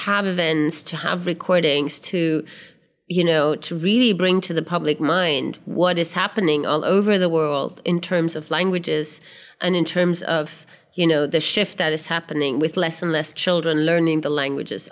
events to have recordings to you know to really bring to the public mind what is happening all over the world in terms of languages and in terms of you know the shift that is happening with less and less children learning the language